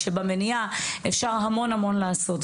כשבמניעה אפשר המון המון לעשות.